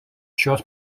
šios